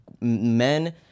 men